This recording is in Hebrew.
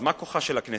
אז מה כוחה של הכנסת,